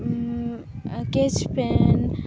sketch pen